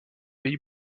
pays